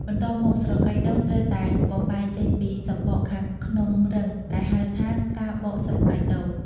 បន្ទាប់មក ស្រកីដូងត្រូវតែបំបែកចេញពីសំបកខាងក្នុងរឹង ដែលហៅថា ការបកស្រកីដូង។